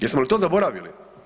Jesmo li to zaboravili?